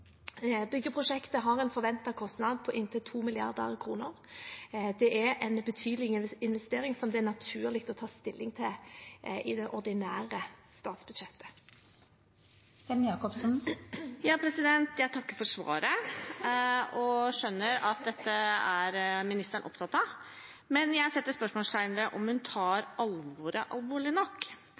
Byggeprosjektet har en forventet kostnad på inntil 2 mrd. kr. Dette er en betydelig investering, som det er naturlig å ta stilling til i det ordinære statsbudsjettet. Jeg takker for svaret og skjønner at dette er statsråden opptatt av, men jeg setter spørsmålstegn ved om hun tar alvoret alvorlig nok.